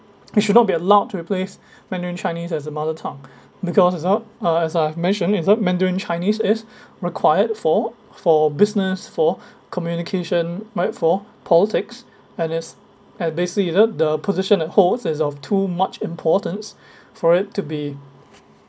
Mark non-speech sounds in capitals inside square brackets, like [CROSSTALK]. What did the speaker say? we should not be allowed to replace [BREATH] mandarin chinese as a mother tongue because as I uh as I mentioned is the mandarin chinese is [BREATH] required for for business for [BREATH] communication right for politics and is and basically is the the position that holds is of too much importance [BREATH] for it to be